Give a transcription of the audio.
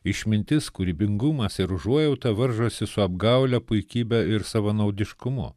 išmintis kūrybingumas ir užuojauta varžosi su apgaule puikybė ir savanaudiškumu